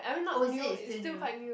oh is it it's still new